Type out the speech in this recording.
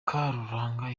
karuranga